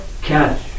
catch